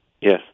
Yes